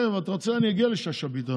אם אתה רוצה אני אגיע לשאשא ביטון,